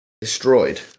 destroyed